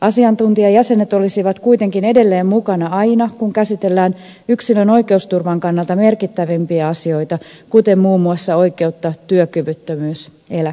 asiantuntijajäsenet olisivat kuitenkin edelleen mukana aina kun käsitellään yksilön oikeusturvan kannalta merkittävimpiä asioita kuten muun muassa oikeutta työkyvyttömyyseläkkeeseen